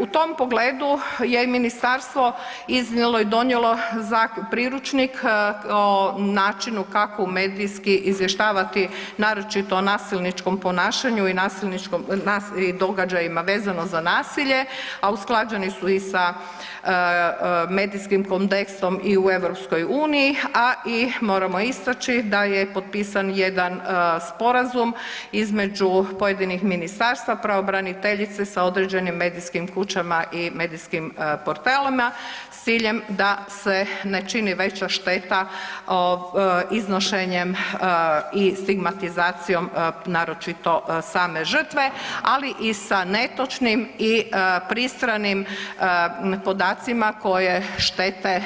U tom pogledu je i ministarstvo iznijelo i donijelo priručnik o načinu kako medijski izvještavati, naročito o nasilničkom ponašanju i događajima vezano za nasilje, a usklađeni su i sa medijskim kodeksom i u EU, a i moramo istaći da je potpisan jedan sporazum između pojedinih ministarstva pravobraniteljice sa određenim medijskim kućama i medijskim portalima s ciljem da se ne čini veća šteta iznošenjem i stigmatizacijom, naročito same žrtve, ali i sa netočnim i pristranim podacima koje štete